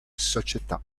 società